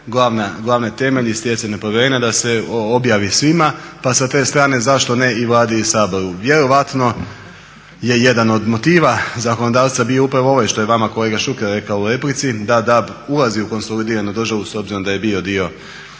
glavna temelj i stjecanje povjerenja da se objavi svima pa sa te strane zašto ne i Vladi i Saboru. vjerojatno je jedan od motiva zakonodavca bio upravo ovaj što je vama kolega Šuker rekao u replici da DAB ulazi u konsolidiranu državu s obzirom da je bio dio